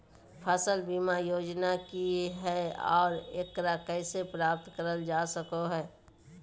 फसल बीमा योजना की हय आ एकरा कैसे प्राप्त करल जा सकों हय?